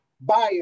bio